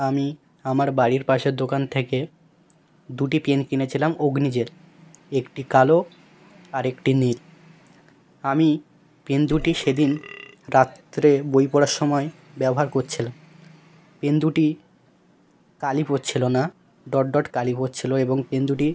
আমি আমার বাড়ির পাশের দোকান থেকে দুটি পেন কিনেছিলাম অগ্নি জেল একটি কালো আর একটি নীল আমি পেন দুটি সেদিন রাত্রে বই পড়ার সময় ব্যবহার করছিলাম পেন দুটি কালি পড়ছিলো না ডট ডট কালি পড়ছিলো এবং পেন দুটি